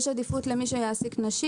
יש עדיפות למי שיעסיק נשים.